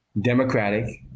democratic